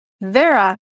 Vera